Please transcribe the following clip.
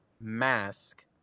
mask